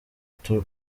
true